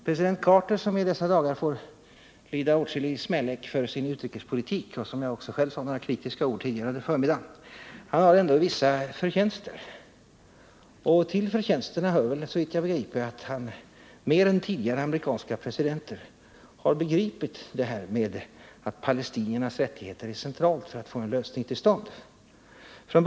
President Carter har i dessa dagar fått lida åtskillig smälek för sin utrikespolitik, som också jag själv sade några kritiska ord om på förmiddagen. Han har ändå vissa förtjänster, och till dessa hör såvitt jag begriper att han, mer än tidigare amerikanska presidenter, har förstått att frågan om palestiniernas rättigheter är central när det gäller att få till stånd en lösning på hela frågan.